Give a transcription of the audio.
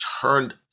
turned